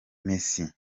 messi